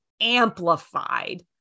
amplified